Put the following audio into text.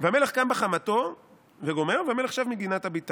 המלך עצמו ולהגיד לו: